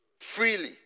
Freely